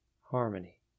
Harmony